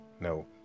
no